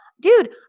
Dude